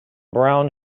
brown